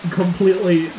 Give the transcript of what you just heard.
completely